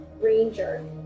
ranger